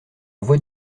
voix